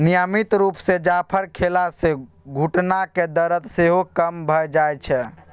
नियमित रुप सँ जाफर खेला सँ घुटनाक दरद सेहो कम भ जाइ छै